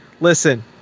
Listen